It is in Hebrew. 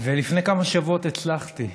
לפני כמה שבועות הצלחתי,